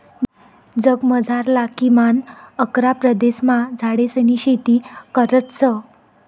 जगमझारला किमान अकरा प्रदेशमा झाडेसनी शेती करतस